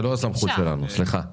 סליחה,